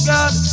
God